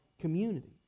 community